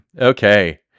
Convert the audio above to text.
Okay